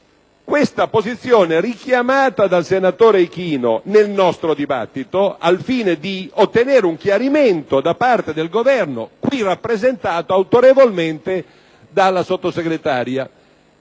Questa posizione è stata richiamata dal senatore Ichino nel corso del nostro dibattito al fine di ottenere un chiarimento da parte del Governo, qui rappresentato autorevolmente dal sottosegretario